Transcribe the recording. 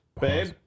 Babe